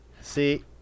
See